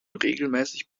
regelmäßig